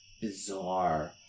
bizarre